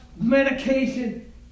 medication